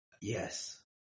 yes